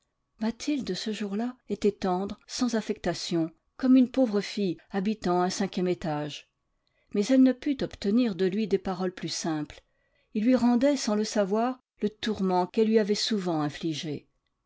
mathilde ce jour-là était tendre sans affectation comme une pauvre fille habitant un cinquième étage mais elle ne put obtenir de lui des paroles plus simples il lui rendait sans le savoir le tourment qu'elle lui avait souvent infligé